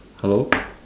hello